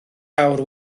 awr